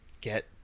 Get